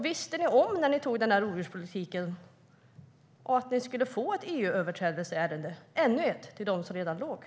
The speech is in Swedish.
Visste ni om, när ni antog denna rovdjurspolitik, att ni skulle få ett EU-överträdelseärende - ännu ett till dem som redan förelåg?